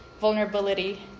vulnerability